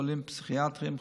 חולים פסיכיאטריים,